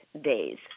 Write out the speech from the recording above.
days